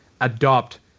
adopt